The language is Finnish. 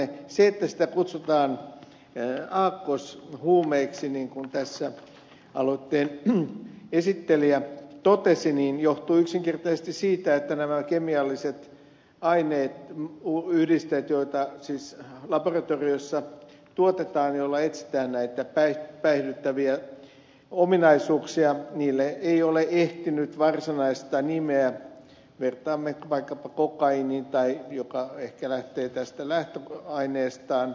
se että sitä kutsutaan aakkoshuumeeksi niin kuin tässä aloitteen esittelijä totesi johtuu yksinkertaisesti siitä että näille kemiallisille aineille yhdisteille joita siis laboratorioissa tuotetaan joilla etsitään näitä päihdyttäviä ominaisuuksia ei ole ehtinyt varsinaista nimeä vertaamme vaikkapa kokaiiniin jonka nimi ehkä lähtee tästä lähtö aineistoa